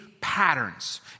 patterns